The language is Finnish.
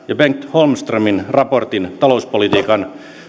holmströmin raportin talouspolitiikan